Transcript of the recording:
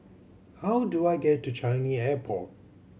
how do I get to Changi Airport